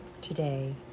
today